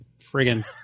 friggin